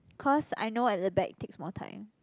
cause I know at the back takes more time